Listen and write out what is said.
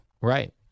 Right